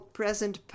present